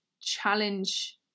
challenge